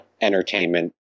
entertainment